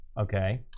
Okay